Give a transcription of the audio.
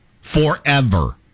forever